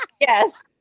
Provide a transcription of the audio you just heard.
yes